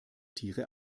tiere